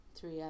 three